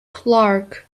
clark